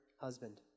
husband